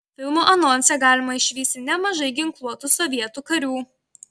filmo anonse galima išvysti nemažai ginkluotų sovietų karių